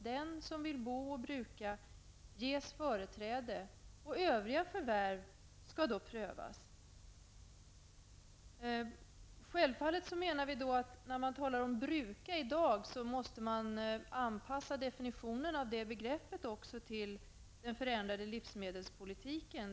Den som vill bo och bruka ges företräde medan övriga förvärv skall prövas. När man i dag talar om att bruka en fastighet måste man anpassa definitionen av begreppet till den förändrade livsmedelspolitiken.